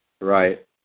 right